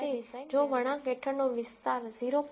તેથી સામાન્ય રીતે જો વળાંક હેઠળનો વિસ્તાર 0